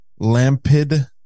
Lampid